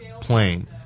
plane